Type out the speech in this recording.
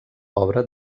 obra